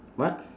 what